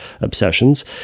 obsessions